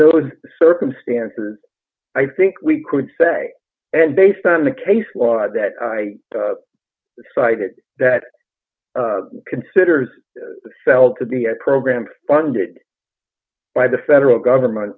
those circumstances i think we could say and based on the case law that i cited that considers the cell to be a program funded by the federal government